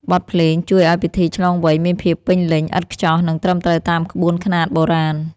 បទភ្លេងជួយឱ្យពិធីឆ្លងវ័យមានភាពពេញលេញ ឥតខ្ចោះ និងត្រឹមត្រូវតាមក្បួនខ្នាតបុរាណ។